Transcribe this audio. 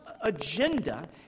agenda